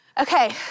Okay